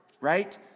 right